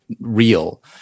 real